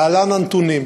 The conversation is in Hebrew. להלן הנתונים.